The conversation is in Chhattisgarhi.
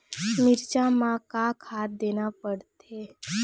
मिरचा मे का खाद देना पड़थे?